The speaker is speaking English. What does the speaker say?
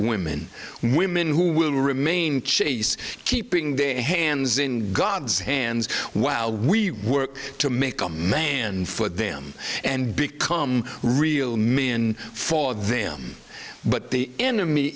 women women who will remain chaste keeping their hands in god's hands while we work to make a man for them and become real me and follow them but the enemy